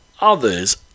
others